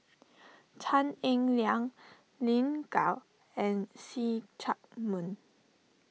Tan Eng Liang Lin Gao and See Chak Mun